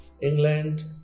England